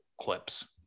clips